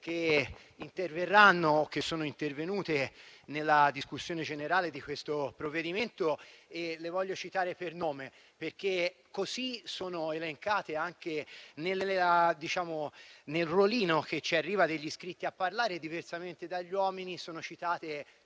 sono intervenute e che interverranno nella discussione generale di questo provvedimento. Le voglio citare per nome perché così sono elencate anche nel ruolino che ci arriva degli iscritti a parlare e, diversamente dagli uomini, sono citate